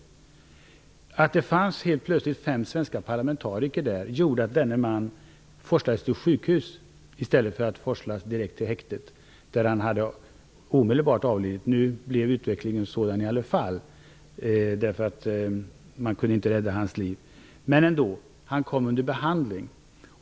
Det förhållandet att det helt plötsligt fanns fem svenska parlamentariker där gjorde att denne man forslades till sjukhus i stället för direkt till häktet, där han omedelbart skulle ha avlidit. Nu blev utgången ändå densamma, eftersom man inte kunde rädda hans liv, men han kom trots allt under behandling.